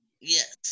yes